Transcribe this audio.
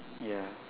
ya